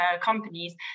companies